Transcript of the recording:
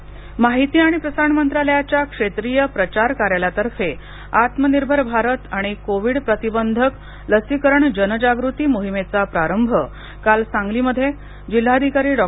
जनजागृती माहिती आणि प्रसारण मंत्रालयाच्या क्षेत्रिय प्रचार कार्यालयातर्फे आत्मनिर्भर भारत आणि कोविड प्रतिबंधक लसीकरण जनजागृती मोहिमेचा प्रारंभ काल सांगलीमध्ये जिल्हाधिकारी डॉ